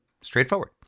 Straightforward